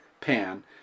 pan